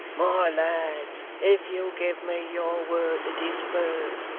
my lads, if you'll give me your word to disperse,